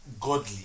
godly